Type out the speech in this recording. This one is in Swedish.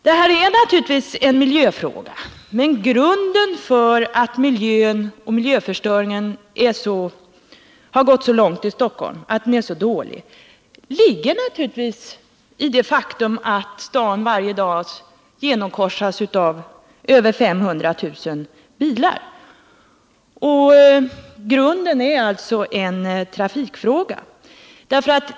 Det här är naturligtvis en miljöfråga, men orsaken till att miljöförstöringen har gått så långt i Stockholm och till att miljön här är så dålig ligger naturligtvis i det faktum att staden varje dag genomkorsas av över 500 000 bilar. Det är alltså i grunden också en trafikfråga.